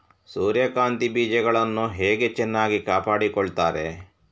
ಸೂರ್ಯಕಾಂತಿ ಬೀಜಗಳನ್ನು ಹೇಗೆ ಚೆನ್ನಾಗಿ ಕಾಪಾಡಿಕೊಳ್ತಾರೆ?